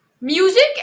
music